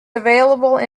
available